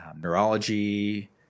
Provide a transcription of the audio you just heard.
neurology